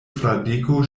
fradeko